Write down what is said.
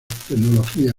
tecnología